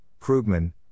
Krugman